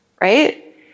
right